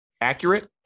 accurate